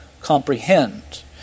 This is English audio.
comprehend